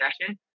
session